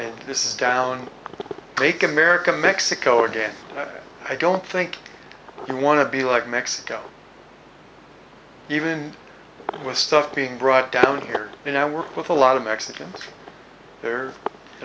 and this is down make america mexico again i don't think we want to be like mexico even with stuff being brought down here and i work with a lot of mexicans they're